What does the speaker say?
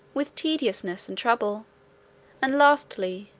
with tediousness and trouble and lastly,